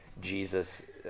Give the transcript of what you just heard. Jesus